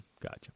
Gotcha